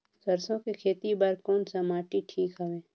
सरसो के खेती बार कोन सा माटी ठीक हवे?